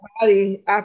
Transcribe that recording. body